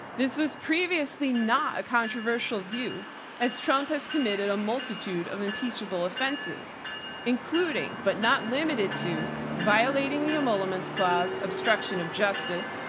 this was previously not a controversial view as trump has committed a multitude of impeachable offenses including but not limited to violating the emoluments clause, obstruction of justice,